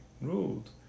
ruled